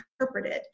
interpreted